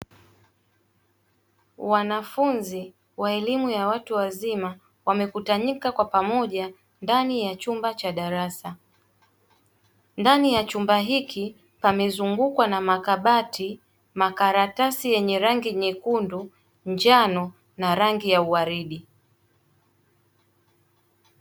Wanafunzi wa elimu ya watu wazima wamekutanika kwa pamoja ndani ya chumba cha darasa. Ndani ya chumba hiki pamezungukwa na makabati, makaratasi yenye rangi nyekundu, njano, na rangi ya uaridi.